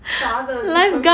啥的